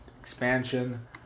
expansion